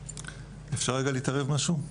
אפשר רגע להתערב במשהו?